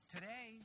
Today